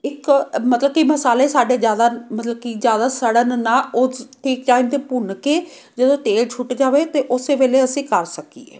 ਇੱਕ ਮਤਲਬ ਕਿ ਮਸਾਲੇ ਸਾਡੇ ਜ਼ਿਆਦਾ ਮਤਲਬ ਕਿ ਜ਼ਿਆਦਾ ਸੜਨ ਨਾ ਉਹ ਠੀਕ ਟਾਈਮ 'ਤੇ ਭੁੰਨ ਕੇ ਜਦੋਂ ਤੇਲ ਛੁੱਟ ਜਾਵੇ ਤਾਂ ਉਸੇ ਵੇਲੇ ਅਸੀਂ ਕਰ ਸਕੀਏ